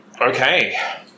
Okay